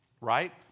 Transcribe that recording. Right